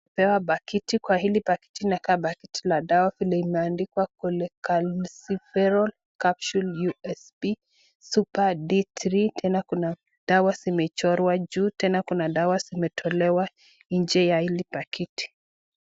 Kwa hili pakiti linakaa pakiti la dawa limeandikwa Cholecalciferol Capsules USP SUPER D3 Tena kuna dawa zimechorwa juu tena kuna dawa zimetolewa nje ya hili pakiti.